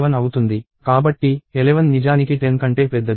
కాబట్టి 11 నిజానికి 10 కంటే పెద్దది